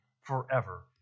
forever